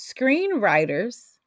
Screenwriters